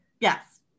Yes